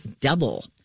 double